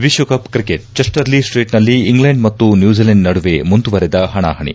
ವಿಶ್ವಕಪ್ ಕ್ರಿಕೆಟ್ ಚಸ್ಸರ್ ಲಿ ಸ್ಸೀಟ್ನಲ್ಲಿ ಇಂಗ್ಲೆಂಡ್ ಮತ್ತು ನ್ಲೂಜಿಲೆಂಡ್ ನಡುವೆ ಮುಂದುವರೆದ ಪಣಾಪಣಿ